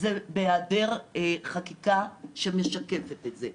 זה בהיעדר חקיקה שמשקפת את זה.